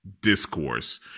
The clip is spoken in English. discourse